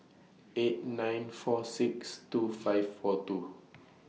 eight nine four six two five four two